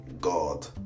God